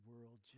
world